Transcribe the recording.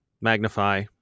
magnify